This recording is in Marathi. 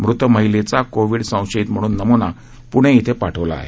मृत महिलेचा कोविड संशयित म्हणून नमुना पूणे इथे पाठवला आहे